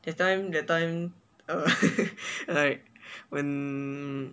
that time that time like when